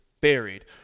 buried